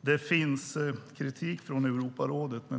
Det finns kritik från Europarådet.